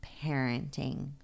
parenting